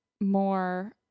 more